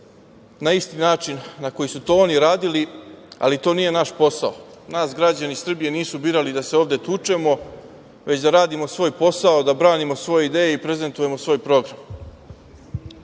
na isti način na koji su to oni radili, ali to nije naš posao. Nas građani Srbije nisu birali da se ovde tučemo, već da radimo svoj posao, da branimo svoje ideje i prezentujemo svoj program. Kada